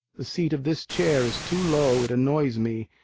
the seat of this chair is too low it annoys me,